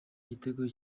igitego